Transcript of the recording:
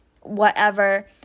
whatever-